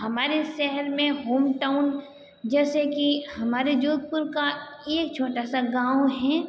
हमारे शहर में होम टाउन जैसे कि हमारे जोधपुर का एक छोटा सा गाँव हैं